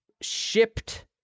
shipped